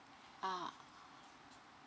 ah